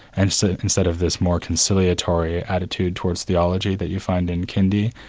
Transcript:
and so instead of this more conciliatory attitude towards theology that you find in kindi,